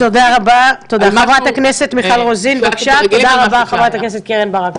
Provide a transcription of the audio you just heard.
תודה רבה חברת הכנסת קרן ברק.